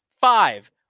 five